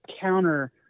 counter